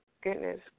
goodness